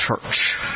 church